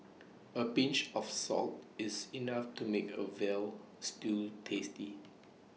A pinch of salt is enough to make A Veal Stew tasty